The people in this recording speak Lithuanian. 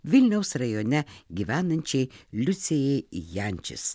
vilniaus rajone gyvenančiai liucijai jančis